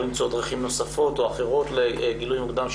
למצוא דרכים נוספות או אחרות לגילוי מוקדם,